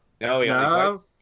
No